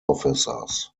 officers